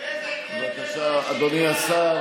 איזה כיף, איזה אידיליה.